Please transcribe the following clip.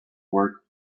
work